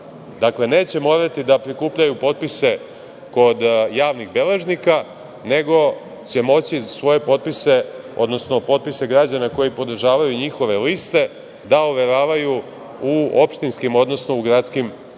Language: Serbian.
Dakle, neće morati da prikupljaju potpise kod javnih beležnika, nego će moći svoje potpise, odnosno potpise građana koji podržavaju njihove liste da overavaju u opštinskim, odnosno u gradskim upravama.